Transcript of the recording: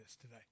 today